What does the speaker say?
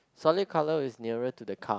solid colour is nearer to the car